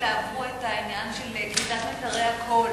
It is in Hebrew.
שחלילה עברו את העניין של כריתת מיתרי הקול